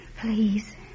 Please